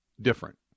different